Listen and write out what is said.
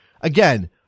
again